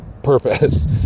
Purpose